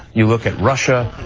you look at russia,